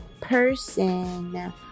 person